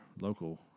local